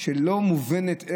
לא מובנת.